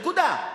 נקודה.